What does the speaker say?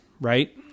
right